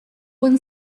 one